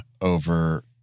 over